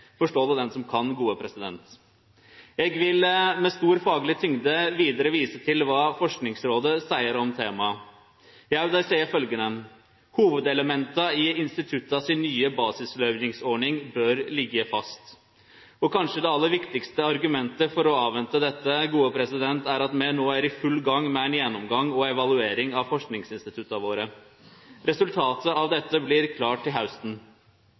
Forstå det den som kan. Eg vil med stor fagleg tyngd vidare vise til kva Forskingsrådet seier om temaet. Jau, dei seier følgjande: Hovudelementa i institutta si nye basisløyvingsordning bør liggje fast. Kanskje det aller viktigaste argumentet for å avvente dette er at me no er i full gang med ein gjennomgang og ei evaluering av forskingsinstitutta våre. Resultatet av dette blir klart til hausten.